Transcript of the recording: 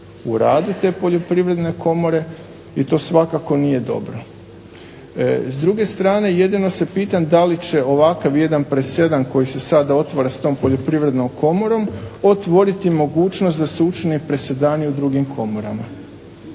u radu te Poljoprivredne komore i to svakako nije dobro. S druge strane jedino se pitam da li će ovakav jedan presedan koji se sada otvara sa tom Poljoprivrednom komorom otvoriti mogućnost da se učine presedani u drugim komorama.